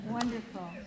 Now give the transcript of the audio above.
Wonderful